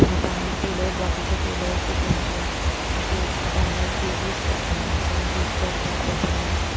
आतां आनी टेलर्स बाकीचे टेलर्स बसून अशे आपल्यो ऑनलायन पेजीस करता आनी आपूण जें करता ते तेमी